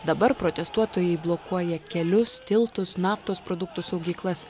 dabar protestuotojai blokuoja kelius tiltus naftos produktų saugyklas